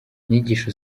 inyigisho